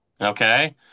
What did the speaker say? Okay